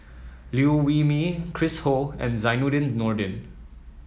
Liew Wee Mee Chris Ho and Zainudin Nordin